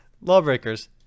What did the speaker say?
Lawbreakers